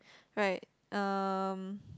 right um